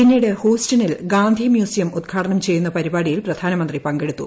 പിന്നീട് ഹൂസ്റ്റണിൽ ഗാന്ധി മ്യൂസിയം ഉദ്ഘാടനം ചെയ്യുന്ന പരിപാടിയിൽ പ്രധാനമന്ത്രി പങ്കെടുത്തു